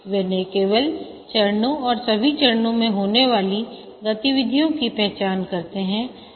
वे न केवल चरणों और सभी चरणों में होने वाली गतिविधियों की पहचान करते हैं